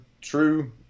true